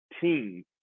team